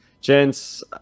gents